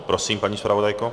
Prosím, paní zpravodajko.